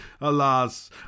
alas